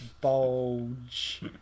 bulge